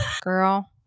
girl